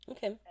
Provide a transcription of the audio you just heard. Okay